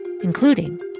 including